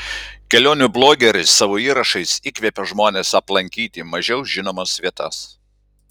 kelionių blogeris savo įrašais įkvepia žmones aplankyti mažiau žinomas vietas